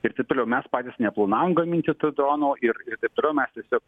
ir taip toliau mes patys neplanavom gaminti tų dronų ir ir taip toliau mes tiesiog